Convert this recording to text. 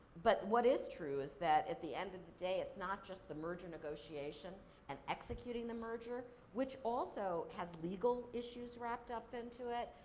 but what is true is that at the end of the day it's not just the merger negotiation and executing the merger, which also has legal issues wrapped up into it.